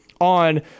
on